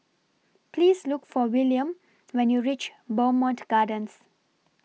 Please Look For Willam when YOU REACH Bowmont Gardens